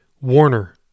Warner